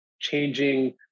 changing